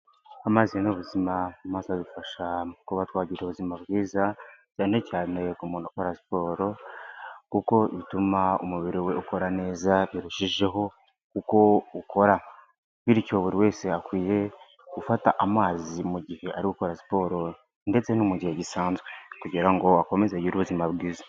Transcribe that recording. Amazi ni ubuzima, amazi adufasha kuba twagira ubuzima bwiza, cyane cyane ku muntu ukora siporo, kuko ituma umubiri we ukora neza birushijeho uko ukora. Bityo buri wese akwiye gufata amazi mu gihe akora siporo ndetse no mu gihe gisanzwe kugira ngo akomeze agire ubuzima bwiza.